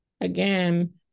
again